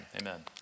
Amen